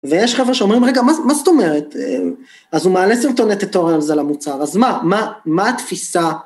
ויש חבר'ה שאומרים, רגע, מה זאת אומרת? אז הוא מעלה סרטוני tutorials על המוצר, אז מה, מה, מה התפיסה?